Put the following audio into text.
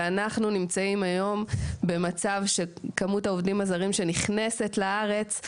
ואנחנו נמצאים היום במצב שכמות העובדים הזרים שנכנסת לארץ,